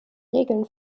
regeln